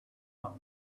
home